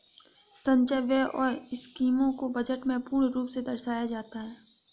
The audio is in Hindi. संचय व्यय और स्कीमों को बजट में पूर्ण रूप से दर्शाया जाता है